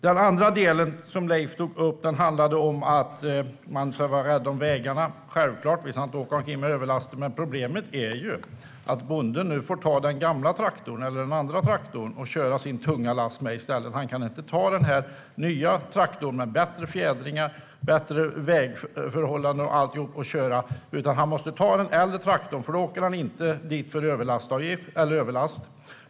Det andra som Leif tog upp handlade om att vi ska vara rädda om vägarna. Självklart är det så. Vi ska inte åka omkring med överlaster, men problemet är att nu får bonden i stället ta den andra traktorn och köra sin tunga last med den. Han kan inte ta den nya traktorn med bättre fjädring, bättre vägförhållanden och alltihop, utan han måste ta den äldre traktorn, för då åker han inte dit för överlast.